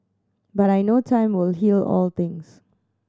but I know time will heal all things